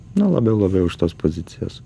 nu labiau labiau iš tos pozicijos